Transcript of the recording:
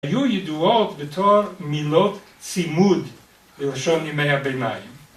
היו ידועות בתור מילות צימוד לראשון ימי הביניים